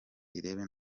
irebe